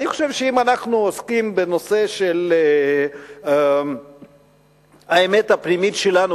אני חושב שאם אנחנו עוסקים בנושא של האמת הפנימית שלנו